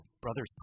brothers